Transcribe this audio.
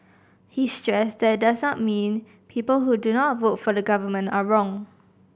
he stressed that it does not mean people who do not vote for the Government are wrong